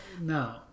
no